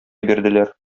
бирделәр